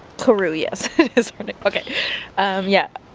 karou yes okay yeah,